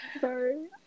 Sorry